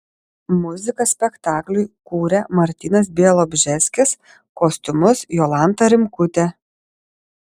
muziką spektakliui kūrė martynas bialobžeskis kostiumus jolanta rimkutė